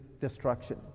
destruction